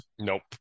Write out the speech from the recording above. Nope